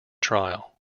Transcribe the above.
trial